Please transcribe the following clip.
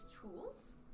tools